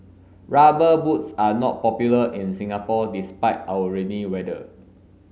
rubber boots are not popular in Singapore despite our rainy weather